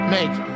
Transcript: Make